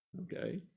okay